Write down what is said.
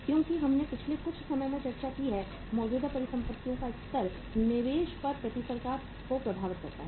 क्योंकि हमने पिछले कुछ समय में चर्चा की है मौजूदा परिसंपत्तियों का स्तर निवेश पर प्रतिफल को प्रभावित करता है